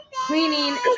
Cleaning